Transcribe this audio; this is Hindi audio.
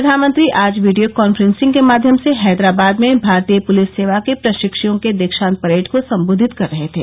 प्रधानमंत्री आज वीडियो कान्फ्रेंसिंग के माध्यम से हैदराबाद में भारतीय पुलिस सेवा के प्रशिक्ष्यों के दीक्षांत परेड को संबोधित कर रहे थे